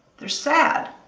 they're sad.